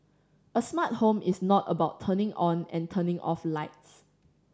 a smart home is not about turning on and turning off lights